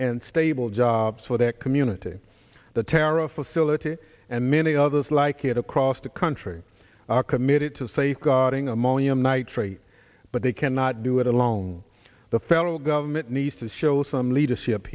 and stable jobs for that community the tariff facility and many others like it across the country are committed to safeguarding ammonium nitrate but they cannot do it alone the federal government needs to show some leadership